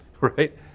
right